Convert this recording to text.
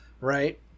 right